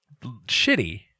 shitty